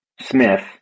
Smith